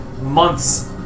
months